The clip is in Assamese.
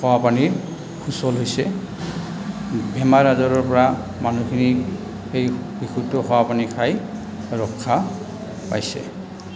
খোৱা পানীৰ সুচল হৈছে বেমাৰ আজাৰৰ পৰা মানুহখিনি সেই বিশুদ্ধ খোৱা পানী খাই ৰক্ষা পাইছে